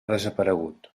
desaparegut